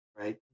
right